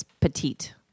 petite